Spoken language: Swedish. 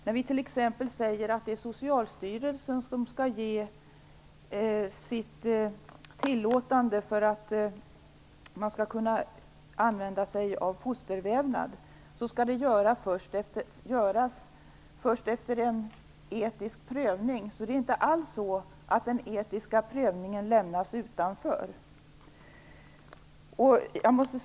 När vi t.ex. säger att det är Socialstyrelsen som skall ge sin tillåtelse för att man skall kunna använda sig av fostervävnad så skall det göras först efter en etisk prövning. Den etiska prövningen lämnas alltså alls inte utanför.